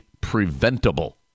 preventable